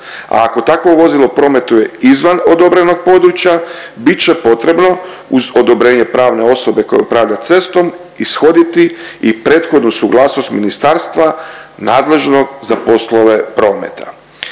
a ako takvo vozilo prometuje izvan odobrenog područja bit će potrebno uz odobrenje pravne osobe koja upravlja cestom ishoditi i prethodnu suglasnost ministarstva nadležnog za poslove prometa.